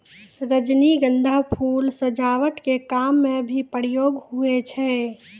रजनीगंधा फूल सजावट के काम मे भी प्रयोग हुवै छै